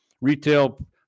Retail